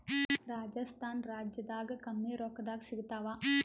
ರಾಜಸ್ಥಾನ ರಾಜ್ಯದಾಗ ಕಮ್ಮಿ ರೊಕ್ಕದಾಗ ಸಿಗತ್ತಾವಾ?